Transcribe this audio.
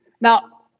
Now